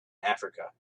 africa